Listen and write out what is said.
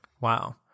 Wow